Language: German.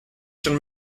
schon